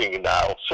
now